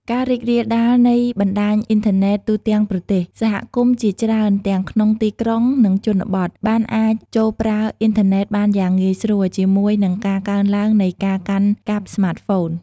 ការរីករាលដាលនៃបណ្ដាញអ៊ីនធឺណេតទូទាំងប្រទេស សហគមន៍ជាច្រើនទាំងក្នុងទីក្រុង និងជនបទ បានអាចចូលប្រើអ៊ីនធឺណេតបានយ៉ាងងាយស្រួល ជាមួយនឹងការកើនឡើងនៃការកាន់កាប់ស្មាតហ្វូន។